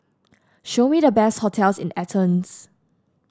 show me the best hotels in Athens